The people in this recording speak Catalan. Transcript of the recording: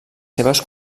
seves